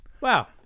Wow